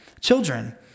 Children